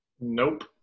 Nope